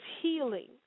healing